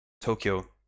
Tokyo